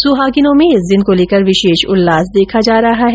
सुहागिनों में इस दिन को लेकर विशेष उल्लास देखा जा रहा है